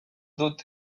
dut